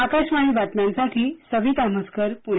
आकाशवाणी बातम्यांसाठी सविता म्हसकर पुणे